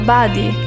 body